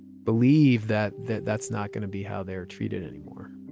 believe that that that's not going to be how they're treated anymore